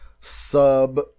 sub